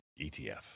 ETF